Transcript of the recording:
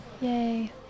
Yay